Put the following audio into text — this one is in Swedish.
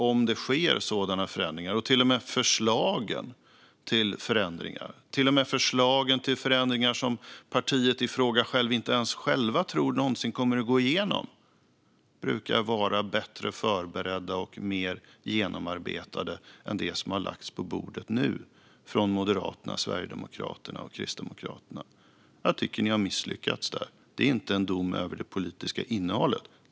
Om det sker sådana förändringar, eller till och med förslag till förändringar som partiet ifråga inte ens självt tror någonsin kommer att gå igenom, är det normala dock att sådant brukar vara bättre förberett och mer genomarbetat än det som nu har lagts på bordet från Moderaterna, Sverigedemokraterna och Kristdemokraterna. Jag tycker att ni har misslyckats där, Hans Rothenberg. Det är inte en dom över det politiska innehållet.